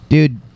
Dude